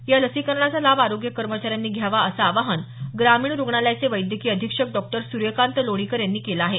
या लसीकरणाचा लाभ आरोग्य कर्मचाऱ्यांनी घ्यावा असं आवाहन ग्रामीण रुग्णालयाचे वैद्यकीय अधिक्षक डॉक्टर सुर्यकांत लोणीकर यांनी केलं आहे